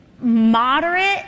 moderate